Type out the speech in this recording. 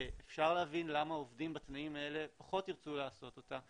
ואפשר להבין למה עובדים בתנאים האלה פחות ירצו לעשות אותה.